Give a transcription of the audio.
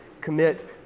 commit